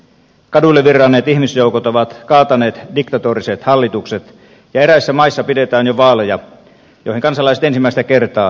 kaduille virranneet ihmisjoukot ovat kaataneet diktatoriset hallitukset ja eräissä maissa pidetään jo vaaleja joihin kansalaiset ensimmäistä kertaa saavat osallistua